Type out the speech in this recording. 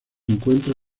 encuentra